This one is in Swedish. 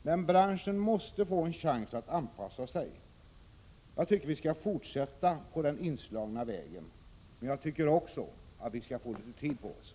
Men branschen måste få en chans att anpassa sig. Jag tycker alltså att vi skall fortsätta på den inslagna vägen, men samtidigt tycker jag också att vi behöver få litet tid på oss.